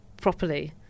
properly